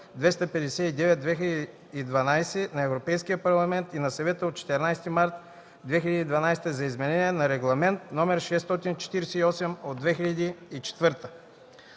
259/2012 на Европейския парламент и на Съвета от 14 март 2012 г. за изменение на Регламент (ЕО) № 648/2004